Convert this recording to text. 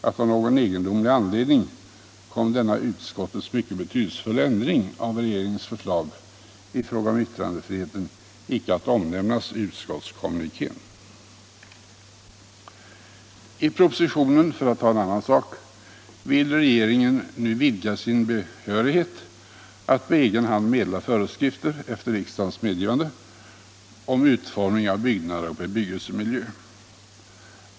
Av någon egendomlig anledning kom denna utskottets mycket betydelsefulla ändring av regeringens förslag i fråga om yttrandefriheten inte att omnämnas i utskottskommunikén. I propositionen vill regeringen nu vidga sin behörighet att på egen hand efter riksdagens medgivande meddela föreskrifter om utformning av byggnader och bebyggelsemiljö.